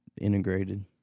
integrated